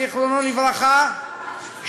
זיכרונו לברכה,